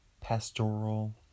pastoral